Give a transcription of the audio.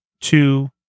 two